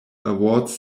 awards